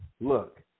look